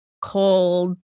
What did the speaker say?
cold